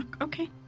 okay